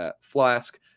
flask